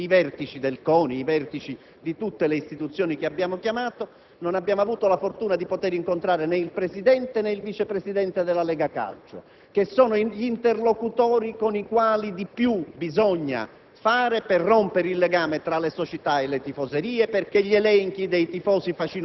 delle audizioni che abbiamo svolto, si sono fatte sottorappresentare: abbiamo tenuto audizioni con i vertici del CONI e di tutte le istituzioni che abbiamo chiamato, ma non abbiamo avuto la fortuna di poter incontrare né il presidente né il vice presidente della Lega calcio, che sono gli interlocutori con cui bisogna